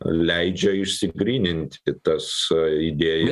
leidžia išsigryninti tas idėjas